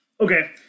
Okay